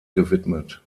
gewidmet